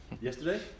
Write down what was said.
yesterday